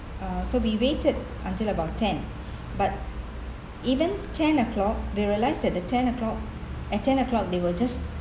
uh so we waited until about ten but even ten o'clock we realised that the ten o'clock at ten o'clock they will just